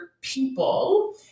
people